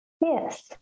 Yes